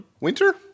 Winter